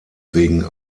wegen